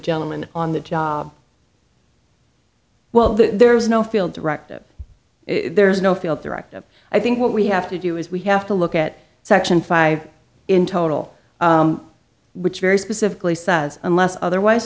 gentleman on the job well there's no field directive there's no field directive i think what we have to do is we have to look at section five in total which very specifically says unless otherwise